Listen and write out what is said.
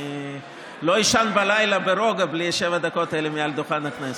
אני לא אישן בלילה ברוגע בלי שבע הדקות האלה מעל דוכן הכנסת.